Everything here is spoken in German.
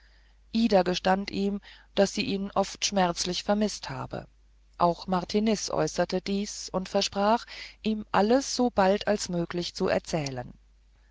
ida gestand ihm daß sie ihn oft schmerzlich vermißt habe auch martiniz äußerte dies und versprach ihm alles so bald als möglich zu erzählen